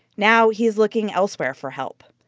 now he's looking elsewhere for help.